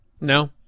No